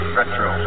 Retro